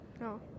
No